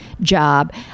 job